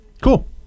Cool